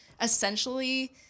essentially